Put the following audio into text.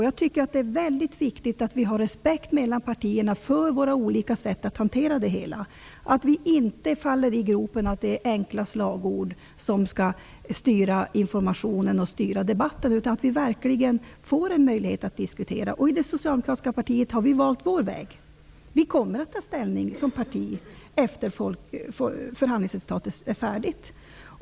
Jag tycker att det är väldigt viktigt att vi mellan partierna har respekt för våra olika sätt att hantera det hela, att vi inte faller för att låta enkla slagord styra informationen och debatten, utan att vi verkligen får en möjlighet att diskutera. I det socialdemokratiska partiet har vi valt vår väg. Vi kommer att ta ställning som parti efter det att förhandlingsresultatet är färdigt.